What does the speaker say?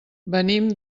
venim